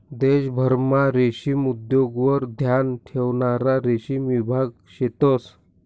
देशभरमा रेशीम उद्योगवर ध्यान ठेवणारा रेशीम विभाग शेतंस